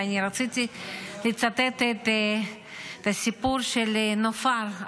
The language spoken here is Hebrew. ואני רציתי לצטט את הסיפור של נופר,